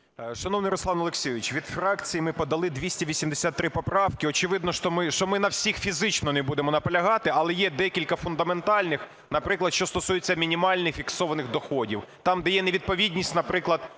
Шановний Руслан Олексійович, від фракції ми подали 283 поправки. Очевидно, що ми на всіх фізично не будемо наполягати, але є декілька фундаментальних, наприклад, що стосується мінімальних фіксованих доходів, там, де є невідповідність, наприклад